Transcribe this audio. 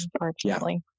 unfortunately